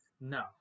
no